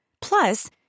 Plus